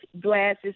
glasses